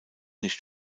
nicht